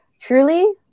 truly